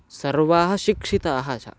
सर्वाः शिक्षिताः च